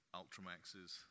ultramaxes